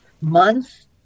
months